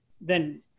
Then-